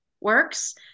works